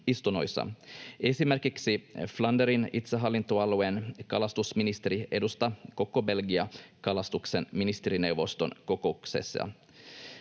Esimerkiksi Flanderin itsehallintoalueen kalastusministeri edustaa koko Belgiaa kalastuksen ministerineuvoston kokouksessa.